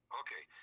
okay